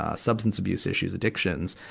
ah substance abuse issues, addictions.